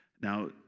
Now